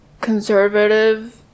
conservative